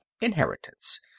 inheritance